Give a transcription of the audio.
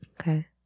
Okay